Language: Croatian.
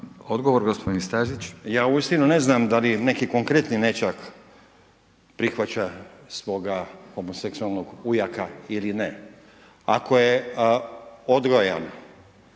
**Stazić, Nenad (SDP)** Ja uistinu ne znam da li neki konkretni nećak prihvaća svoga homoseksualnog ujaka ili ne, ako je odgajan